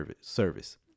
service